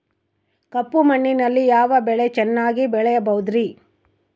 ಕಪ್ಪು ಮಣ್ಣಿನಲ್ಲಿ ಯಾವ ಬೆಳೆ ಚೆನ್ನಾಗಿ ಬೆಳೆಯಬಹುದ್ರಿ?